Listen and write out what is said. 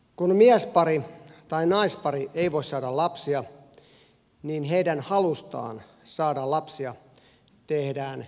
kun miespari tai naispari ei voi saada lapsia niin heidän halustaan saada lapsia tehdään ihmisoikeuskysymys